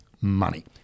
money